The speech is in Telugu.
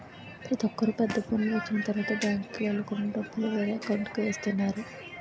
ప్రతొక్కరు పెద్ద ఫోనులు వచ్చిన తరువాత బ్యాంకుకి వెళ్ళకుండా డబ్బులు వేరే అకౌంట్కి వేస్తున్నారు